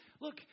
Look